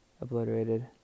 obliterated